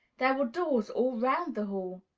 there were doors all round the hall,